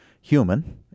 human